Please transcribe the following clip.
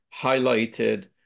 highlighted